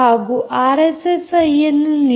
ಹಾಗೂ ಆರ್ಎಸ್ಎಸ್ಐಯನ್ನು ನೀಡುತ್ತದೆ